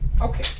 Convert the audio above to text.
Okay